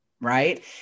right